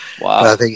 Wow